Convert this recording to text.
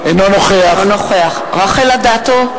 אינו נוכח רחל אדטו,